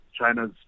China's